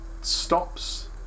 stops